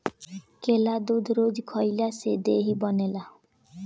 केला दूध रोज खइला से देहि बनेला